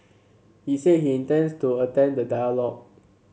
he said he intends to attend the dialogue